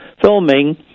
filming